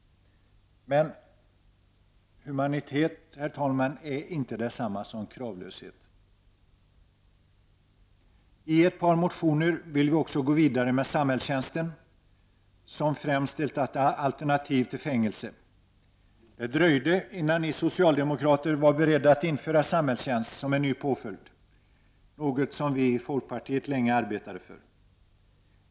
Humanitet, herr talman, är dock inte detsamma som kravlöshet. I ett par motioner vill vi också gå vidare med samhällstjänst, som främst är ett alternativ till fängelse. Det dröjde innan ni socialdemokrater var beredda att införa samhällstjänst som en ny påföljd, något som vi i folkpartiet länge har arbetat för.